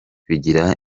bigira